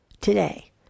today